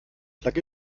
plug